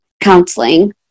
counseling